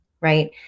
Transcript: Right